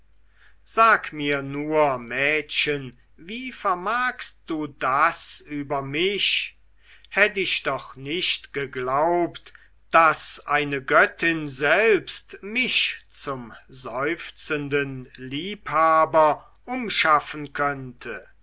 sag mir nur mädchen wie vermagst du das über mich hätt ich doch nicht geglaubt daß eine göttin selbst mich zum seufzenden liebhaber umschaffen könnte